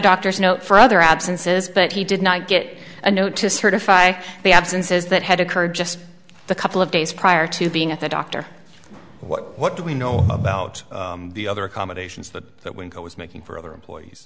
doctor's note for other absences but he did not get a note to certify the absences that had occurred just the couple of days prior to being at the dr what do we know about the other accommodations that that window was making for other employees